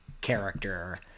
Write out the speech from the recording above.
character